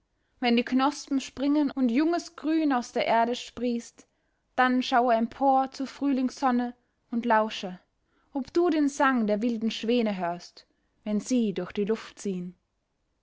wenn die knospen springen und junges grün aus der erde sprießt dann schaue empor zur frühlingssonne und lausche ob du den sang der wilden schwäne hörst wenn sie durch die luft ziehen